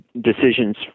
decisions